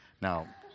Now